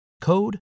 Code